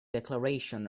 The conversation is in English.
declaration